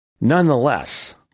Nonetheless